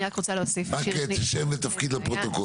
אני רוצה להוסיף שיש לי --- רק שם ותפקיד לפרוטוקול.